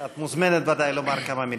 את מוזמנת ודאי לומר כמה מילים.